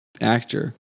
actor